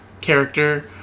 character